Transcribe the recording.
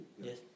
Yes